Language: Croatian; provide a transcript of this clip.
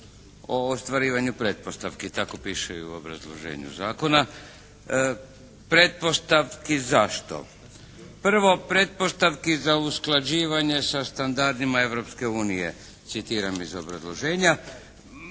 o ostvarivanju pretpostavki, tako piše i u obrazloženju Zakona. Pretpostavki zašto? Prvo pretpostavki za usklađivanje sa standardima Europske unije, citiram iz obrazloženja.